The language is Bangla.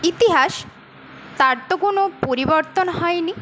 ইতিহাস তার তো কোনো পরিবর্তন হয়নি